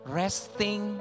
resting